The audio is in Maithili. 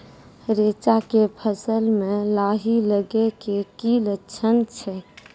रैचा के फसल मे लाही लगे के की लक्छण छै?